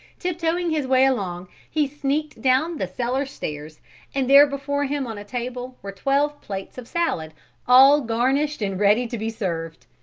tiptoeing his way along, he sneaked down the cellar stairs and there before him on a table were twelve plates of salad all garnished and ready to be served.